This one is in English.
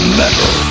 metal